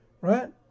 right